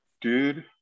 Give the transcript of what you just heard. dude